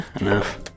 Enough